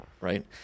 right